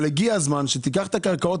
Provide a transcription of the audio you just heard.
הגיע הזמן שתיקח את הקרקעות